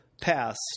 passed